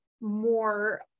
more